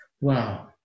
Wow